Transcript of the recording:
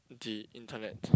the internet